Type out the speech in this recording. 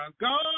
God